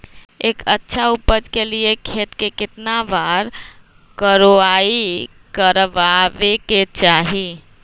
एक अच्छा उपज के लिए खेत के केतना बार कओराई करबआबे के चाहि?